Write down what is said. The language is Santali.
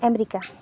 ᱟᱢᱮᱨᱤᱠᱟ